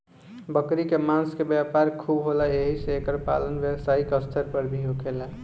बकरी के मांस के व्यापार खूब होला एही से एकर पालन व्यवसायिक स्तर पर भी होखेला